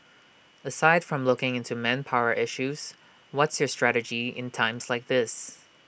aside from looking into manpower issues what's your strategy in times like these